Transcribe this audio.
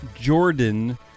Jordan